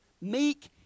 meek